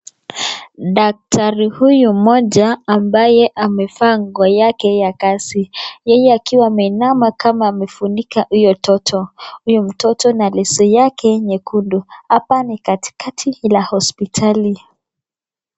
Daktari huyu mmoja ambaye amevaa nguo yake ya kazi yeye akiwa ameinama kama amefunika huyo toto, huyo mtoto na leso yake nyekundu, hapa ni katikati la hospitali.